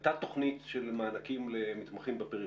אני רוצה להזכיר שהייתה תוכנית של מענקים למתמחים בפריפריה.